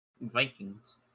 Vikings